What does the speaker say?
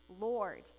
lord